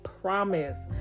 promise